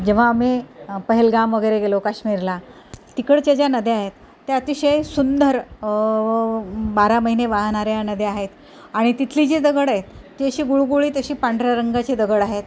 जेव्हा आम्ही पेहेलगाम वगैरे गेलो काश्मीरला तिकडच्या ज्या नद्या आहेत त्या अतिशय सुंदर बारा महिने वाहणाऱ्या नद्या आहेत आणि तिथले जे दगड आहेत ते अशी गुळगुळीत अशी पांढऱ्या रंगाचे दगड आहेत